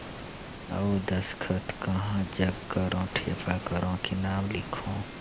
अउ दस्खत कहा जग करो ठेपा करो कि नाम लिखो?